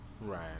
Right